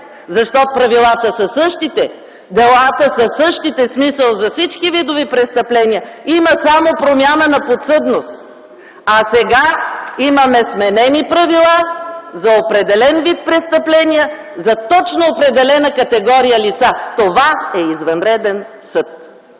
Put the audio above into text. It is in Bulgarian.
защото правилата са същите, делата са същите, в смисъл за всички видове престъпления и има само промяна на подсъдност. Сега имаме сменени правила за определен вид престъпления, за точно определена категория лица. Това е извънреден съд.